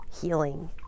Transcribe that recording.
healing